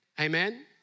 amen